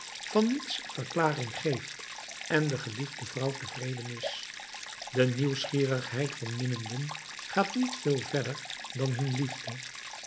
van niets verklaring geeft en de geliefde vrouw tevreden is de nieuwsgierigheid van minnenden gaat niet veel verder dan hun liefde